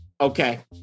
Okay